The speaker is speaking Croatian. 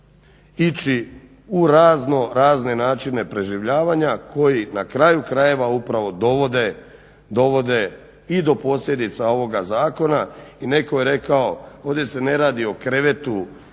razno razne načine preživljavanja koji na kraju krajeva upravo dovode i do posljedica ovoga zakona. I netko je rekao ovdje se ne radi o krevetu